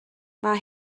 mae